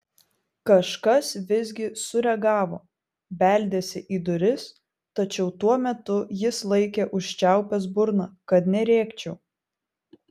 kažkas visgi sureagavo beldėsi į duris tačiau tuo metu jis laikė užčiaupęs burną kad nerėkčiau